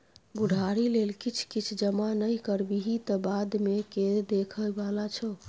बुढ़ारी लेल किछ किछ जमा नहि करबिही तँ बादमे के देखय बला छौ?